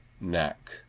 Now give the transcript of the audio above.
neck